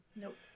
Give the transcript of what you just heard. Nope